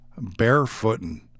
Barefootin